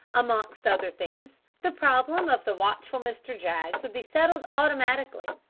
amongst other things, the problem of the watchful mr. jaggs would be settled automatically.